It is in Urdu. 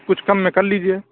کچھ کم میں کر لیجیے